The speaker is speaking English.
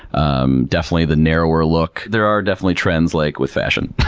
um definitely the narrower look. there are definitely trends like with fashion.